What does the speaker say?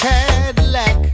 Cadillac